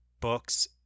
books